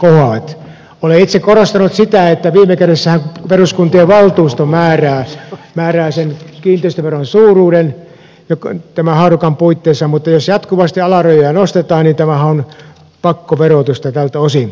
olen itse korostanut sitä että viime kädessähän peruskuntien valtuustot määräävät sen kiinteistöveron suuruuden tämän haarukan puitteissa mutta jos jatkuvasti alarajoja nostetaan niin tämähän on pakkoverotusta tältä osin